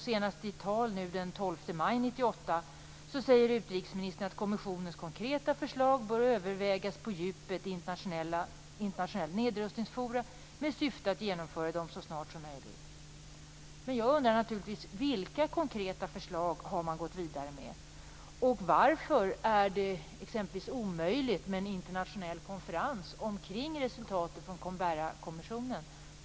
Senast i ett tal den 12 maj 1998 sade utrikesministern att kommissionens konkreta förslag bör övervägas på djupet i ett internationellt nedrustningsforum med syfte att genomföra dem så snart så möjligt. Jag undrar vilka konkreta förslag man har gått vidare med. Varför är det exempelvis omöjligt med en internationell konferens kring resultatet från Canberrakommissionen?